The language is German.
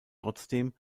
trotzdem